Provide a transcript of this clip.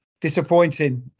disappointing